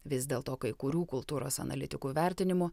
vis dėlto kai kurių kultūros analitikų vertinimu